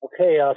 Okay